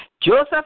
Joseph